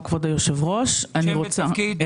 אני רוצה